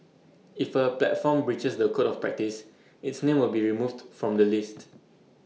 if A platform breaches the code of practice its name will be removed from the list